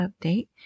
update